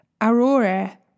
Aurora